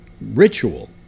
ritual